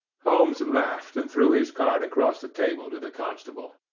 holmes laughed and threw his card across the table to the constable.